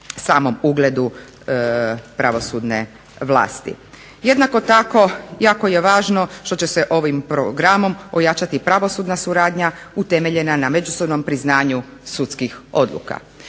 samom ugledu pravosudne vlasti. Jednako tako jako je važno što će se ovim programom ojačati pravosudna suradnja utemeljena na međusobnom priznanju sudskih odluka.